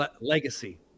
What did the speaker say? Legacy